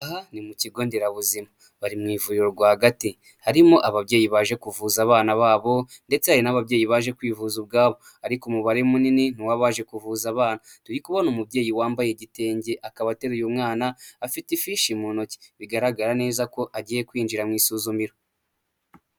Aha ni mu kigo nderabuzima, bari mu ivuriro rwagati. Harimo ababyeyi baje kuvuza abana babo ndetse hari n'ababyeyi baje kwivuza ubwabo, ariko umubare munini ni uw'abaje kuvuza abana. Turi kubona umubyeyi wambaye igitenge, akaba ateruye umwana, afite ifishi mu ntoki, bigaragara neza ko agiye kwinjira mu isuzumiro.